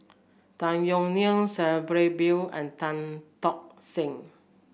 Tan Yeok Nee Sabri Buang and Tan Tock San